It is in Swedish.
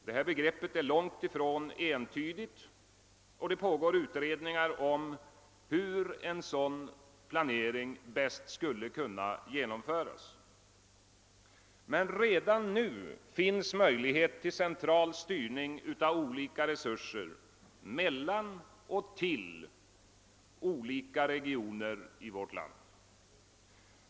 Detta begrepp är långt ifrån entydigt, och det pågår utredningar om hur en sådan planering bäst skall kunna genomföras. Men redan nu finns möjligheter till central styrning av olika resurser mellan och till olika regioner i vårt land.